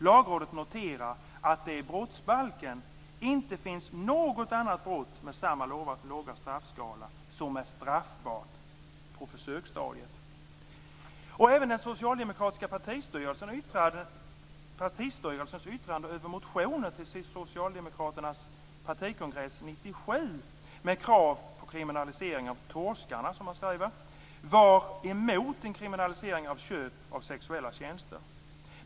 Lagrådet noterar att det i brottsbalken inte finns något annat brott med samma låga straffskala som är straffbart på försöksstadiet. Även den socialdemokratiska partistyrelsens yttrande över motioner till Socialdemokraternas partikongress 1997 med krav på en kriminalisering av torskarna, som man skriver, var emot en kriminalisering av köp av sexuella tjänster.